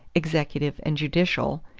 executive, and judicial,